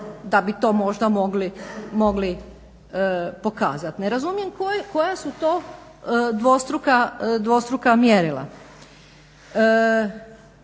da bi to možda mogli pokazati. Ne razumijem koja su to dvostruka mjerila.